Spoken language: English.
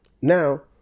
now